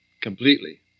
completely